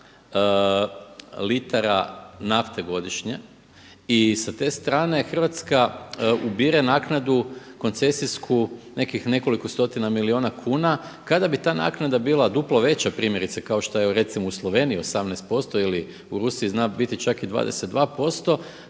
litara nafte godišnje i sa te strane Hrvatska ubire naknadu koncesijsku nekih nekoliko stotina milijuna kuna. Kada bi ta naknada bila duplo veća primjerice kao što je recimo u Sloveniji 18% ili u Rusiji zna biti čak i 22%.